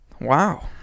Wow